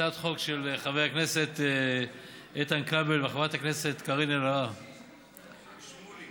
הצעת החוק של חבר הכנסת איתן כבל וחברי הכנסת קארין אלהרר ואיציק שמולי